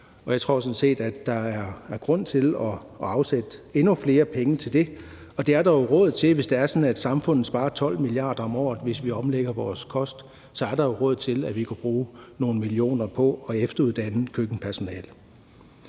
set, at der er grund til at afsætte endnu flere penge til det, og det er der jo råd til. Hvis det er sådan, at samfundet sparer 12 mia. kr. om året, hvis vi omlægger vores kost, så er der råd til, at vi kunne bruge nogle millioner kroner på at efteruddanne køkkenpersonale.